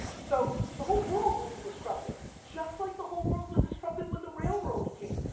so, the whole world will be disrupted, just like the whole world was disrupted when the railroad came.